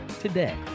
today